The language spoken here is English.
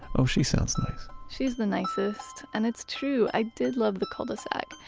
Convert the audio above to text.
oh, she sounds nice she's the nicest. and it's true, i did love the cul-de-sac.